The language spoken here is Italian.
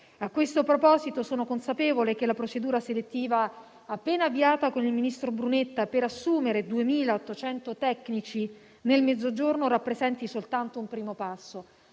A questo proposito sono consapevole che la procedura selettiva appena avviata con il ministro Brunetta per assumere 2.800 tecnici nel Mezzogiorno rappresenti soltanto un primo passo,